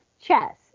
chess